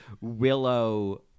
Willow